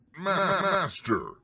Master